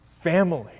family